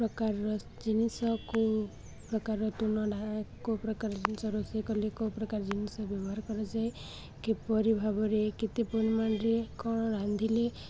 ପ୍ରକାରର ଜିନିଷ କେଉଁ ପ୍ରକାରର ତୁନ ଡ଼ା କେଉଁ ପ୍ରକାର ଜିନିଷ ରୋଷେଇ କଲେ କେଉଁ ପ୍ରକାର ଜିନିଷ ବ୍ୟବହାର କରାଯାଏ କିପରି ଭାବରେ କେତେ ପରିମାଣରେ କ'ଣ ରାନ୍ଧିଲେ